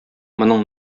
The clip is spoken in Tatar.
моның